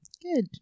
good